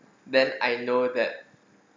then I know that